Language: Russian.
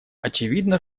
очевидно